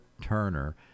Turner